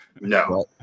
No